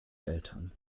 eltern